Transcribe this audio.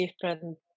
different